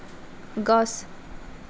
গছ